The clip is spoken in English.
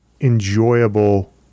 enjoyable